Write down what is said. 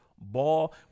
ball